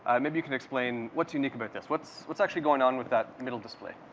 maybe you can explain, what's unique about this? what's what's actually going on with that middle display?